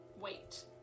wait